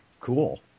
Cool